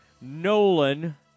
Nolan